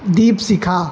Deepshikha